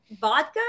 vodka